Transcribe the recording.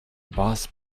boss